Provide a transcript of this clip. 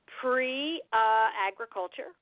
pre-agriculture